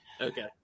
Okay